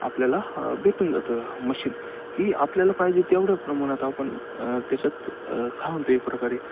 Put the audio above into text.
आपल्याला भेटून जातं मशीन की आपल्याला पाहिजे तेवढ्या प्रमाणात आपण त्याच्यात काय म्हणतो एक प्रकारे